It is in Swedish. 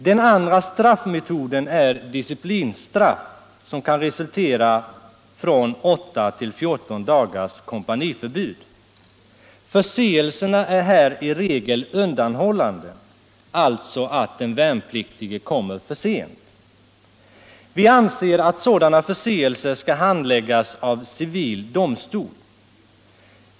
Den andra straffmetoden är disciplinstraff, som kan resultera i från åtta till fjorton dagars kompaniförbud. Förseelsen är här i regel undanhållande, alltså att den värnpliktige kommer för sent. Vi anser att sådana förseelser skall handläggas av civildomstol.